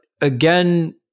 Again